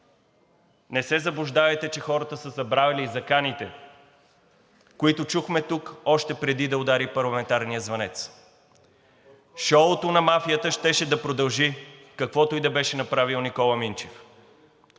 Не се заблуждавайте, че хората са забравили заканите, които чухме тук още преди да удари парламентарният звънец. Шоуто на мафията щеше да продължи, каквото и да беше направил Никола Минчев.